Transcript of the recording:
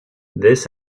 this